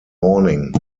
morning